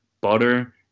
butter